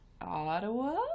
Ottawa